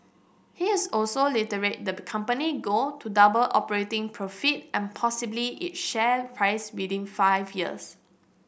he has also reiterated the company goal to double operating profit and possibly its share price within five years